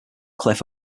cliff